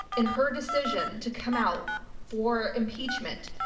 in her decision to come out for impeachment,